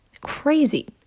crazy